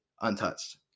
untouched